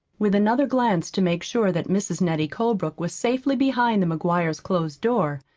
with another glance to make sure that mrs. nettie colebrook was safely behind the mcguires' closed door,